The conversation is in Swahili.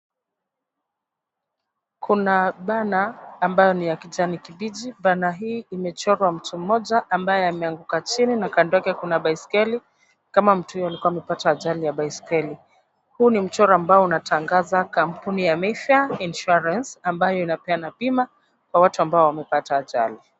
Kuna burner ambayo ni ya kijani kibichi, bana hii imechorwa mtu mmoja ambaye ameanguka chini na kando yake kuna baiskeli, kama mtu huyo alikuwa amepata ajali ya baiskeli. Huu ni mchoro ambao unatangaza kampuni ya Mayfair insurance, ambayo inapeana bima kwa watu ambao wamepata ajali.